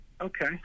Okay